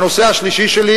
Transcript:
הנושא השלישי שלי,